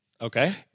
Okay